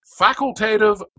facultative